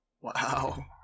Wow